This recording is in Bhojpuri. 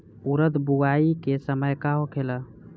उरद बुआई के समय का होखेला?